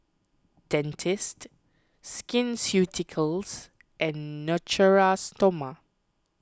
Dentiste Skin Ceuticals and Natura Stoma